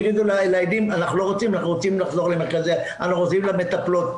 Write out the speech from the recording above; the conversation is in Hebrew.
יגידו לילדים 'אנחנו רוצים לתת את למטפלות'.